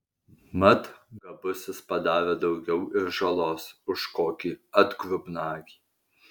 mat gabusis padaro daugiau ir žalos už kokį atgrubnagį